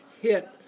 hit